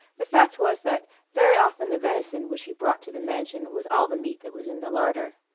the fact was, that very often the venison which he brought to the mansion was all the meat that was in the larder.